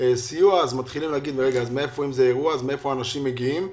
סיוע אז מתחילים להגיד: אז מאיפה האנשים מגיעים?